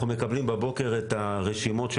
אנחנו מקבלים בבוקר את הרשימות של